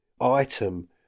item